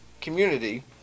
community